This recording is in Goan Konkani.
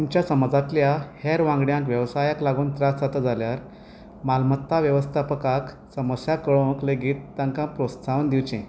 तुमच्या समाजांतल्या हेर वांगड्यांक वेवसायाक लागून त्रास जाता जाल्यार मालमत्ता वेवस्थापकाक समस्या कळोवंक लेगीत तांकां प्रोत्साहन दिवचें